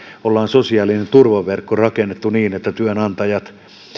on sosiaalinen turvaverkko rakennettu niin että työnantajat